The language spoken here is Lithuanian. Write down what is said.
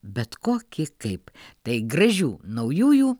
bet kokį kaip tai gražių naujųjų